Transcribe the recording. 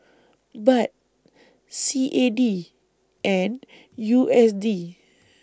Baht C A D and U S D